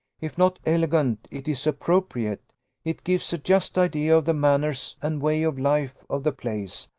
if not elegant, it is appropriate it gives a just idea of the manners and way of life of the place,